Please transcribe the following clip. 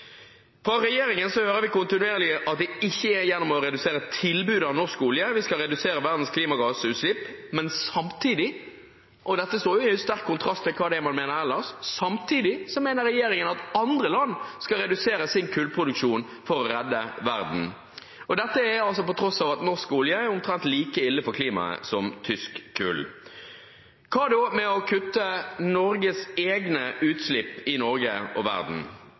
Fra regjeringen hører vi kontinuerlig at det ikke er gjennom å redusere tilbudet av norsk olje at vi skal redusere verdens klimagassutslipp, men samtidig. Dette står i sterk kontrast til hva man ellers mener. Samtidig mener regjeringen at andre land skal redusere sin kullproduksjon for å redde verden, på tross av at norsk olje er omtrent like ille for klimaet som tysk kull. Hva med å kutte Norges egne utslipp i Norge og i verden?